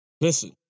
Listen